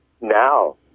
Now